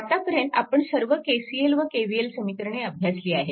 आतापर्यंत आपण सर्व KCL व KVL समीकरणे अभ्यासली आहेत